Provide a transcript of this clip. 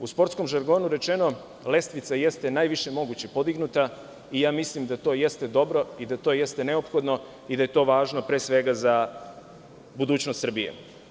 U sportskom žargonu rečeno, lestvica jeste najviše moguće podignuta i mislim da to jeste dobro i da to jeste neophodno i da je to važno pre svega za budućnost Srbije.